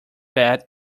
bet